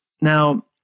Now